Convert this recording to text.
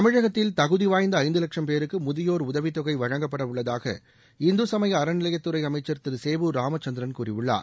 தமிழகத்தில் தகுதிவாய்ந்த ஐந்து லட்சம் பேருக்கு முதியோர் உதவித் தொகை வழங்கப்பட உள்ளதாக இந்து சமய அறநிலையத்துறை அமைச்சர் திரு சேவூர் ராமச்சந்திரன் கூறியுள்ளார்